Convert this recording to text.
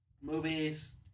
Movies